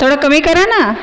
थोडं कमी करा ना